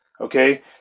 Okay